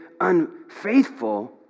unfaithful